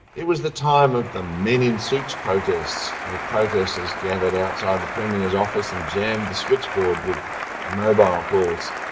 it was the time of the men in suits protests, where protesters gathered outside the premier's office and jammed the switchboard with mobile calls.